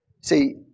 See